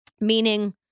Meaning